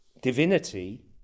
divinity